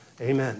amen